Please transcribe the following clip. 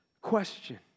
question